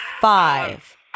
Five